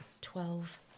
twelve